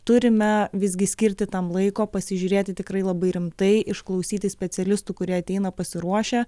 turime visgi skirti tam laiko pasižiūrėti tikrai labai rimtai išklausyti specialistų kurie ateina pasiruošę